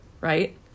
right